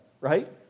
right